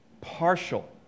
partial